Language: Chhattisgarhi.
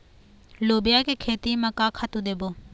लोबिया के खेती म का खातू देबो?